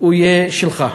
הוא יהיה שלך.